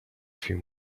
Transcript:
few